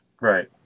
Right